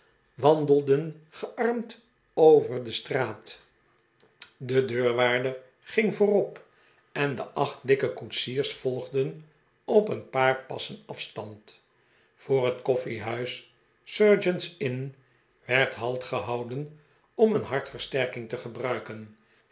wandelden gearmd over de straat de deurwaarder ging voorop en de acht dikke koetsiers volgden op een paar passen afstand voor het koffiehuis sergeants inn werd halt gehouden om een hartversterking te gebruiken